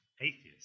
atheist